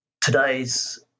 today's